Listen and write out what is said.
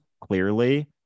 clearly